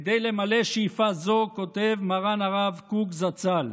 כדי למלא שאיפה זו, כותב מרן הרב קוק זצ"ל,